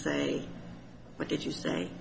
say what did you say